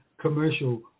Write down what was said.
commercial